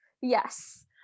Yes